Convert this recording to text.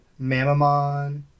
mamamon